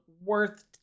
worth